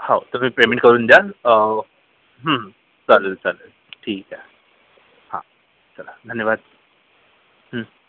हो तुम्ही पेमेंट करून द्याल चालेल चालेल ठीक आहे हां चला धन्यवाद